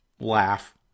laugh